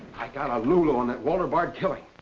i got a lulu on that walter bard killing.